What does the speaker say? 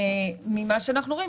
וממה שאנחנו רואים,